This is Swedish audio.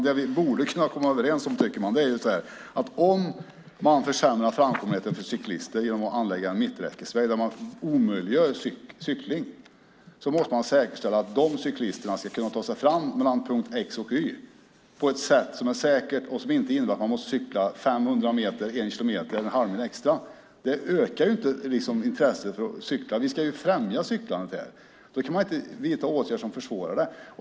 Det vi borde kunna komma överens om, tycker jag, är att om man försämrar framkomligheten för cyklister genom att anlägga en mitträckesväg där man omöjliggör cykling måste man säkerställa att de cyklisterna kan ta sig fram mellan punkt x och y på ett sätt som är säkert och som inte innebär att man måste cykla 500 meter, en kilometer eller en halvmil extra. Det ökar inte intresset för att cykla. Vi ska främja cyklandet. Då kan man inte vidta åtgärder som försvårar det.